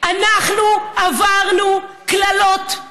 אנחנו עברנו קללות,